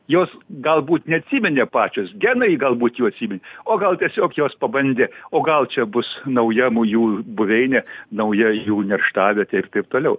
jos galbūt neatsiminė pačios genai galbūt jų atsiminė o gal tiesiog jos pabandė o gal čia bus nauja m jų buveinė nauja jų nerštavietė ir taip toliau